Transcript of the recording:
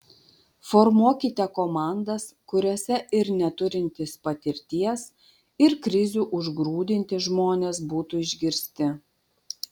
formuokite komandas kuriose ir neturintys patirties ir krizių užgrūdinti žmonės būtų išgirsti